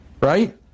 right